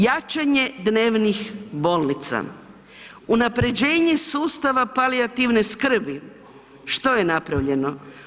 Jačanje dnevnih bolnica, unapređenje sustava palijativne skrbi, što je napravljeno?